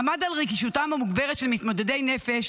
עמד על רגישותם המוגברת של מתמודדי נפש